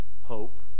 hope